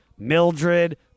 Mildred